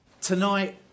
Tonight